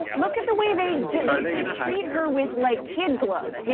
look at the way they you know they treat her with like kid gloves.